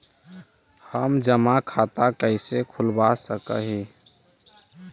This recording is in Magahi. हम जमा खाता कैसे खुलवा सक ही?